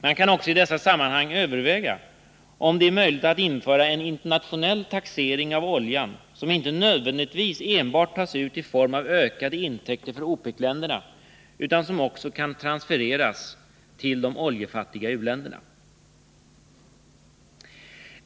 Man kan också i dessa sammanhang överväga en internationell ”beskattning” av oljan, som inte nödvändigtvis tas ut i form av ökade intäkter för OPEC-länderna utan som kan transfereras till de oljefattiga u-länderna.